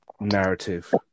narrative